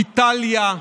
איטליה,